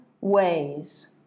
ways